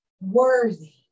worthy